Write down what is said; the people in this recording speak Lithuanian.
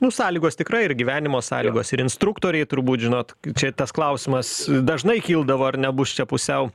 nu sąlygos tikrai ir gyvenimo sąlygos ir instruktoriai turbūt žinot čia tas klausimas dažnai kildavo ar nebus čia pusiau